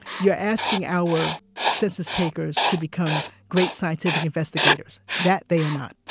you're asking our census-takers to become great scientific investigators. that they are not.